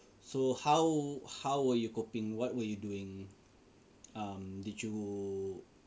so how how were you coping what were you doing um did you